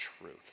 truth